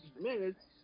minutes